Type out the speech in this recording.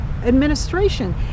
administration